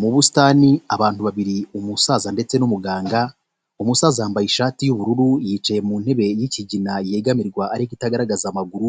Mu busitani abantu babiri umusaza ndetse n'umuganga; umusaza yambaye ishati y'ubururu yicaye mu ntebe y'ikigina yegamirwa ariko itagaragaza amaguru